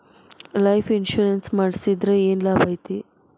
Life insurance ಮಾಡ್ಸಿದ್ರ ಏನ್ ಲಾಭೈತಿ?